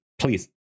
please